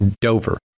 dover